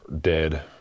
dead